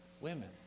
women